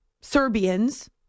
Serbians